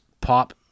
pop